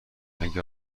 مگه